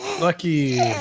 lucky